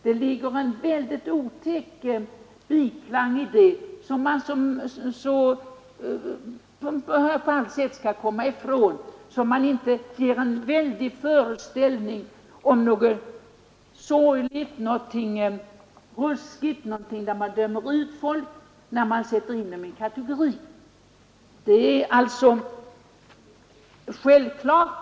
Det ligger en Nr 129 väldigt otäck biklang i detta, som vi på alla sätt skall försöka komma Torsdagen den ifrån så att vi inte ger en föreställning om något sorgligt eller ruskigt Som 8 november 1973 dömer ut folk och sätter in dem i en kategori. Det är självklart att ett. —— gr ji i .